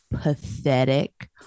pathetic